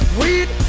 weed